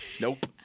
Nope